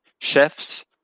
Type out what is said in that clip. chefs